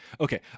okay